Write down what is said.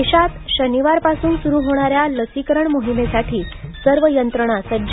देशात शनिवारपासून सुरू होणाऱ्या लसीकरण मोहिमेसाठी सर्व यंत्रणा सज्ज